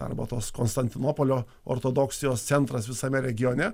arba tos konstantinopolio ortodoksijos centras visame regione